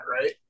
Right